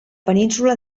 península